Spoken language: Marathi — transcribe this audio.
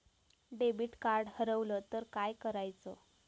डेबिट कार्ड हरवल तर काय करायच?